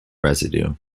residue